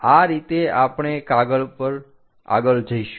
આ રીતે આપણે આગળ જઈશું